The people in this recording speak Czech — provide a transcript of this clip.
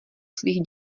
svých